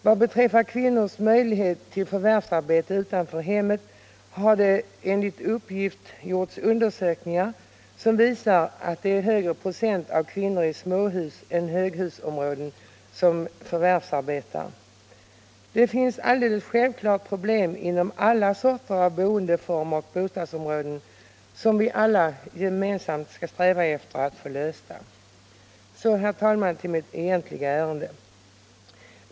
Vad beträffar kvinnors möjlighet till förvärvsarbete utanför hemmet vill jag nämna att det enligt uppgift gjorts undersökningar som visar att det är högre procent av kvinnor i småhusområden än av kvinnor i höghusområden som förvärvsarbetar. Det finns självfallet problem inom alla slags boendeformer och boendeområden, som vi alla gemensamt skall sträva efter att få lösta. Så, herr talman, till mitt egentliga ärende.